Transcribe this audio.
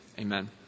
Amen